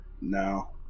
no